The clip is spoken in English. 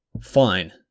Fine